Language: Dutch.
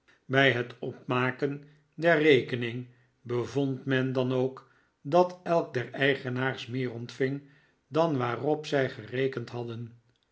bij het opmaken der rekening bevond men dan ook dat elk der eigenaars meer ontving dan waarop zij gerekend hadden